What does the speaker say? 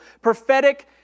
Prophetic